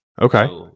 Okay